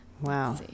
wow